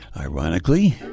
Ironically